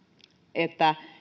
että